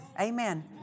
Amen